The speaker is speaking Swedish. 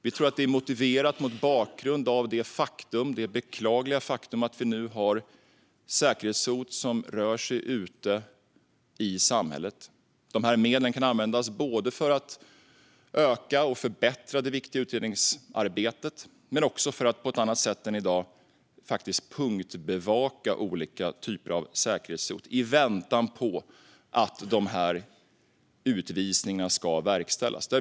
Vi tror att detta är motiverat mot bakgrund av det beklagliga faktum att det nu finns säkerhetshot som rör sig ute i samhället. Dessa medel kan användas både för att öka och förbättra det viktiga utredningsarbetet och för att på ett annat sätt än i dag punktbevaka olika typer av säkerhetshot i väntan på att utvisningar ska verkställas.